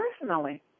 personally